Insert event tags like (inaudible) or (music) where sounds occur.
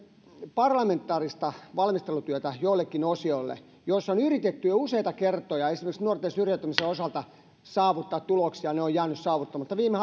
parlamentaarista valmistelutyötä joillekin osioille kun on yritetty jo useita kertoja esimerkiksi nuorten syrjäytymisen osalta saavuttaa tuloksia ja ne ovat jääneet saavuttamatta viime (unintelligible)